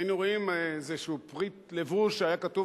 היינו רואים איזשהו פריט לבוש שהיה כתוב